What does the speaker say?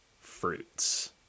fruits